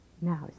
Now